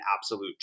absolute